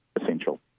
essential